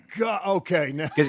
Okay